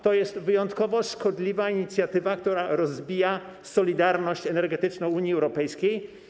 To jest wyjątkowo szkodliwa inicjatywa, która rozbija solidarność energetyczną Unii Europejskiej.